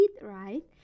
right